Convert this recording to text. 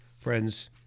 Friends